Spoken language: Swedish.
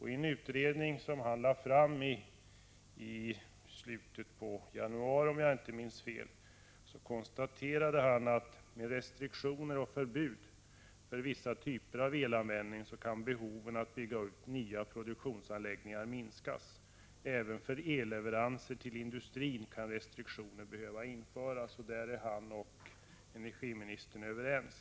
I en utredning som han presenterade i slutet av januari, om jag inte minns fel, konstaterade han att behovet av att bygga upp nya produktionsanläggningar kan minskas genom restriktioner och förbud för vissa typer av elanvändning. Även när det gäller elleveranser till industrin kan restriktioner behöva införas. På den punkten är han och energiministern överens.